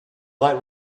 light